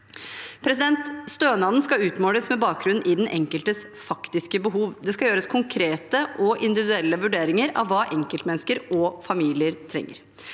livsopphold. Stønaden skal utmåles med bakgrunn i den enkeltes faktiske behov. Det skal gjøres konkrete og individuelle vurderinger av hva enkeltmennesker og familier trenger.